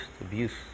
abuse